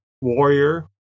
Warrior